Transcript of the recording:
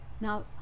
now